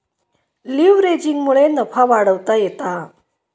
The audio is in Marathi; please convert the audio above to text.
लीव्हरेजिंगमुळे नफा वाढवता येता